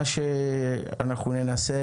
אנחנו ננסה